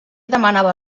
demanava